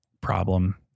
problem